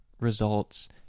results